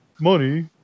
money